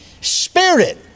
spirit